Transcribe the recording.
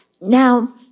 Now